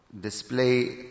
display